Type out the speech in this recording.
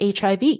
HIV